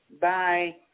Bye